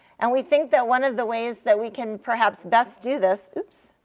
and we think that one of the ways that we can perhaps best do this oops.